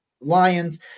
Lions